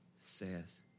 says